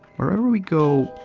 wherever we go,